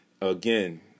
Again